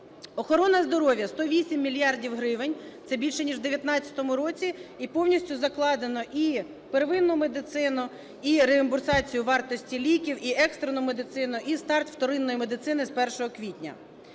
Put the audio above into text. Охорона здоров'я – 108 мільярдів гривень. Це більше ніж в 19-му році. І повністю закладено і первинну медицину, і реімбурсацію вартості ліків, і екстрену медицину, і старт вторинної медицини з 1 квітня.